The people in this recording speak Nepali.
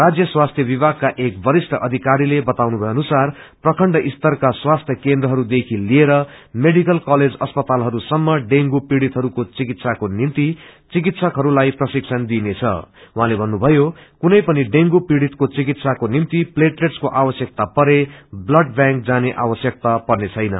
राज्य स्वास्थ्य विभागका एक वरिष्ठ अधिकारले बताउनु भए अनुसार प्रखण्ड स्तरका स्वास्थ्य केन्द्रहरू देखि लिएर मेडिकल कलेज अस्पतालहरू सम्म डेंगू पीड़ितहरूको चिकित्साको निम्ति चिकित्सकहरूलाई प्रशिक्षण दिइनेछं उहाँले भन्नुभयो कुनै पनि डेंगू पीड़ितको चिकित्साको निम्ति व्यांक जाने आवश्यकता पर्ने छैन